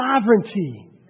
sovereignty